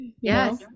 Yes